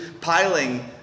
piling